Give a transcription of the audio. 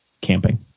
camping